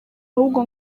ahubwo